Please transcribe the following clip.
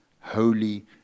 holy